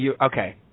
Okay